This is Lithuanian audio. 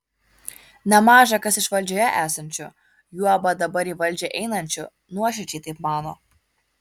nemaža kas iš valdžioje esančių juoba dabar į valdžią einančių nuoširdžiai taip mano